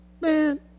Man